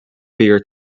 fear